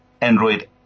Android